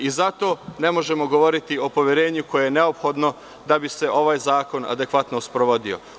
Zato ne možemo govoriti o poverenju koje je neophodno da bi se ovaj zakon adekvatno sprovodio.